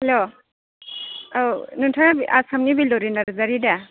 hello औ नोंथाङा आसामनि बिल'रि नारजारि दा